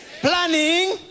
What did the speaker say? planning